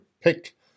pick